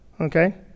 Okay